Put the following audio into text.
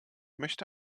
möchte